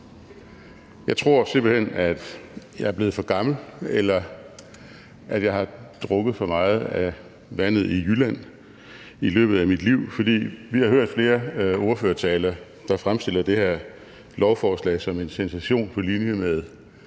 Jeg tror simpelt hen, at jeg er blevet for gammel, eller at jeg har drukket for meget af vandet i Jylland i løbet af mit liv, for vi har hørt flere ordførertaler, der fremstiller det her lovforslag som en sensation på linje med